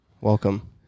Welcome